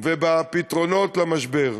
ובפתרונות למשבר,